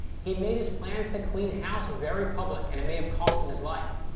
he made his plans to clean house very public, and it may have cost him his life.